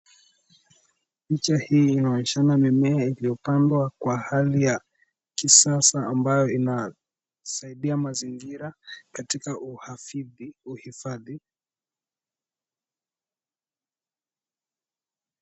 Picha hii inaonyeshana mimea iliyopangwa kwa hali ya kisasa ambayo inasaidia mazingira katika uhifadhi.